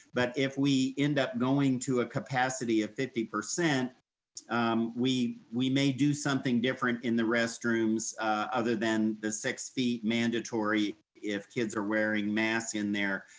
but if we end up going to a capacity of fifty, um we we may do something different in the restrooms other than the six feet mandatory if kids are wearing masks in there.